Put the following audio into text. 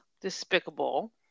despicable